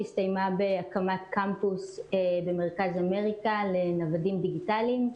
הסתיימה בהקמת קמפוס במרכז אמריקה לנוודים דיגיטליים.